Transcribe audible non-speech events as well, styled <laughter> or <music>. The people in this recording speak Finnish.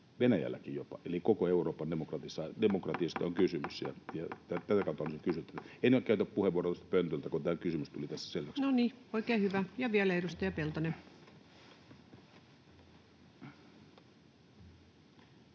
Venäjälläkin jopa, eli koko Euroopan demokratiasta on kysymys, <noise> ja tätä kautta kysyn. En käytä puheenvuoroa tuolta pöntöstä, kun tämä kysymys tuli tässä selväksi. No niin, oikein hyvä. — Ja vielä edustaja Peltonen.